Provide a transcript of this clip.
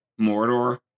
Mordor